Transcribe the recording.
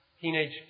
teenage